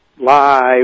live